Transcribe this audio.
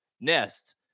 nest